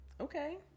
Okay